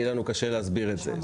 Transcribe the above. יהיה לנו קשה להסביר את זה.